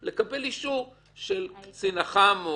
לקבל אישור של קצין אח"מ.